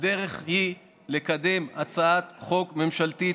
הדרך היא לקדם הצעת חוק ממשלתית,